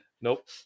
Nope